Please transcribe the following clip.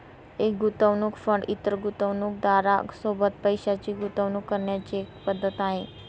एक गुंतवणूक फंड इतर गुंतवणूकदारां सोबत पैशाची गुंतवणूक करण्याची एक पद्धत आहे